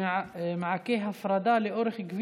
השר אורי מקלב,